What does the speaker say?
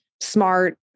smart